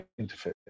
interface